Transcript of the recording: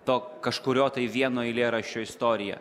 to kažkurio tai vieno eilėraščio istorija